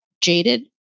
jaded